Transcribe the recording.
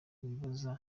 wibaza